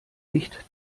nicht